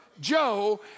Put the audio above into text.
Joe